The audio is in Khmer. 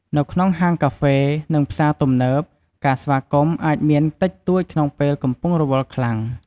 នៅក្នុងហាងកាហ្វេ និងផ្សារទំនើប ការស្វាគមន៍អាចមានតិចតួចក្នុងពេលកំពុងរវល់ខ្លាំង។